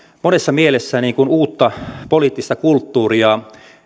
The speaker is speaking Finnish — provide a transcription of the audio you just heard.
monessa mielessä uutta poliittista kulttuuria